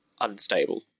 unstable